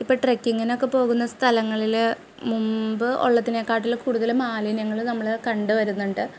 ഇപ്പോൾ ട്രെക്കിങ്ങിനൊക്കെ പോകുന്ന സ്ഥലങ്ങളിൽ മുമ്പ് ഉള്ളത്തിനേക്കാട്ടിലും കൂടുതൽ മാലിന്യങ്ങൾ നമ്മൾ കണ്ടു വരുന്നുണ്ട്